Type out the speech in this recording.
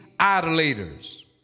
idolaters